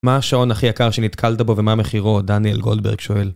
מה השעון הכי יקר שנתקלת בו ומה מחירו? דניאל גולדברג שואל.